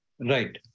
Right